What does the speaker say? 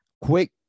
quick